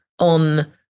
On